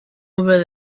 over